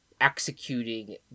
executing